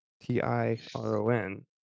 T-I-R-O-N